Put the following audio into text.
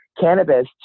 cannabis